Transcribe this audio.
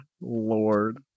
lord